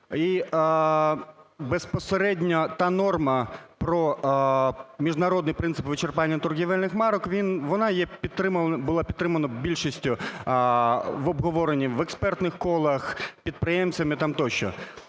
і безпосередньо та норма про міжнародний принцип вичерпання торгівельних марок, вона була підтримана більшістю в обговоренні в експертних колах, підприємцями там тощо.